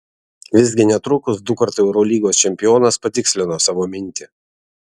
visgi netrukus dukart eurolygos čempionas patikslino savo mintį